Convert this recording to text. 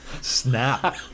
snap